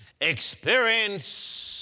experience